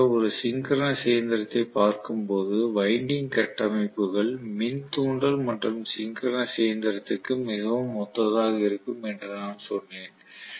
பொதுவாக ஒரு சிங்கரனஸ் இயந்திரத்தைப் பார்க்கும்போது வைண்டிங் கட்டமைப்புகள் மின்தூண்டல் மற்றும் சிங்கரனஸ் இயந்திரத்திற்கு மிகவும் ஒத்ததாக இருக்கும் என்று நான் சொன்னேன்